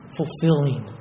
fulfilling